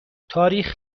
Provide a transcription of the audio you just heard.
تاریخ